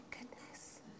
goodness